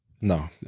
no